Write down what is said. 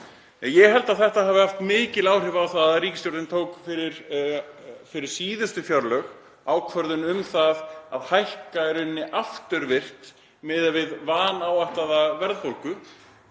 Ég held að þetta hafi haft mikil áhrif á það að ríkisstjórnin tók fyrir síðustu fjárlög ákvörðun um að hækka afturvirkt miðað við vanáætlaða verðbólgu.